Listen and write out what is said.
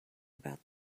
about